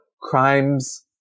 crimes